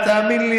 תאמין לי,